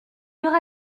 aura